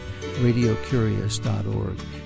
radiocurious.org